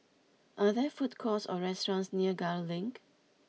are there food courts or restaurants near Gul Link